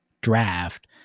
draft